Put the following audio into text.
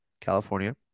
California